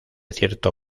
cierto